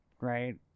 right